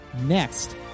next